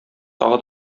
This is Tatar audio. тагы